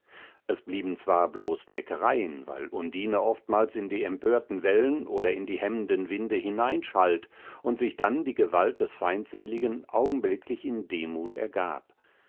es blieben zwar bloß neckereien weil undine oftmals in die empörten wellen oder in die hemmenden winde hineinschalt und sich dann die gewalt des feindseligen augenblicklich in demut ergab